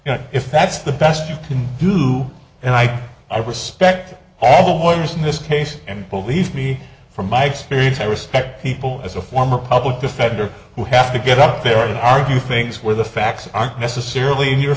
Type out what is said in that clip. individual if that's the best you can do and i i respect all the mourners in this case and believe me from my experience i respect people as a former public defender who have to get up there and argue things where the facts aren't necessarily in your